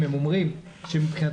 למה אתה כשר הספורט לא יוזם,